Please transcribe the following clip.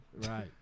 Right